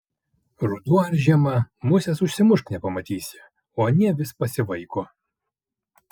ruduo ar žiema musės užsimušk nepamatysi o anie vis pasivaiko